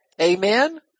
Amen